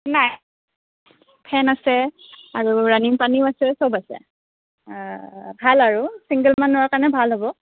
নাই ফেন আছে আৰু ৰাণিং পানীও আছে সব আছে ভাল আৰু চিংগল মানুহৰ কাৰণে ভাল হ'ব